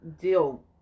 deal